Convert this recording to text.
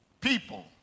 people